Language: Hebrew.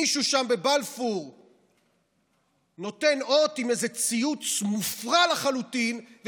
מישהו שם בבלפור נותן אות עם איזה ציוץ מופרע לחלוטין,